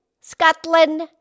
Scotland